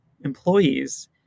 employees